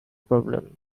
problem